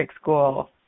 school